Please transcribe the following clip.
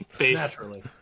Naturally